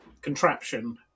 contraption